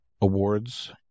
awards